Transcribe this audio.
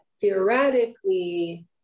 theoretically